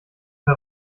per